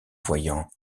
voyant